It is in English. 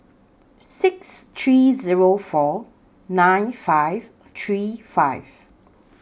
six three Zero four nine five three five